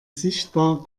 sichtbar